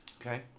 Okay